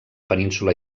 península